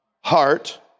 heart